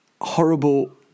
horrible